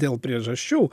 dėl priežasčių